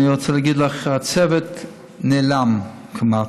אני רוצה להגיד לך שהחצבת נעלמה כמעט.